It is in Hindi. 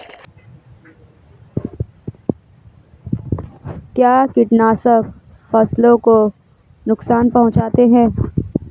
क्या कीटनाशक फसलों को नुकसान पहुँचाते हैं?